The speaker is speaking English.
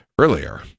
earlier